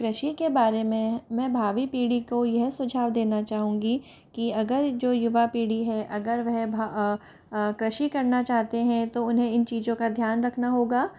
कृषि के बारे में मैं भावी पीढ़ी को यह सुझाव देना चाहूँगी कि अगर जो युवा पीढ़ी है अगर वह भा कृषि करना चाहते हैं तो उन्हें इन चीज़ों का ध्यान रखना होगा